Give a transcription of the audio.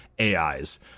AIs